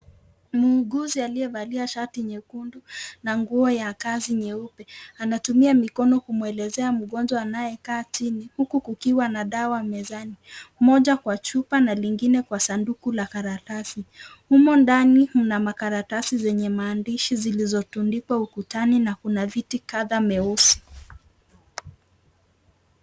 Muuguzi aliyevalia shati nyekundu na nguo ya kazi nyeupe anatumia mikono kumwelezea mgonjwa anayekaa chini, huku kukiwa na dawa mezani, mmoja kwa chupa na lingine kwa sanduku la karatasi. Humo ndani mna makaratasi zenye maandishi zilizotandikwa ukutani na kuna kiti kadha meusi